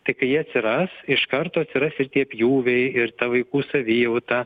tik jie atsiras iš karto surasite pjūviai ir ta vaikų savijauta